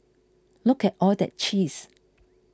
look at all that cheese